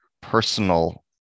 personal